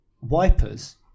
Wipers